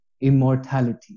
immortality